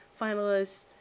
finalists